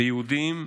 ביהודים,